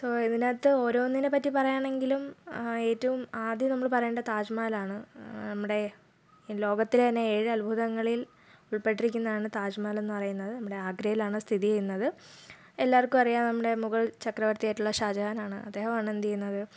ഇപ്പോൾ ഇതിനകത്ത് ഓരോന്നിനെ പറ്റി പറയുകയാണെങ്കിലും ഏറ്റവും ആദ്യം നമ്മൾ പറയേണ്ടത് താജ് മഹലാണ് നമ്മുടെ ലോകത്തിലെ തന്നെ ഏഴ് അത്ഭുതങ്ങളിൽ ഉൾപ്പെട്ടിരിക്കുന്നാണ് താജ് മഹൽ എന്ന് പറയുന്നത് നമ്മുടെ ആഗ്രയിലാണ് സ്ഥിതി ചെയ്യുന്നത് എല്ലാവർക്കും അറിയാം നമ്മുടെ മുഗൾ ചക്രവർത്തി ആയിട്ടുള്ള ഷാജഹാൻ ആണ് അദ്ദേഹമാണ് അത് എന്ത് ചെയ്യുന്നത്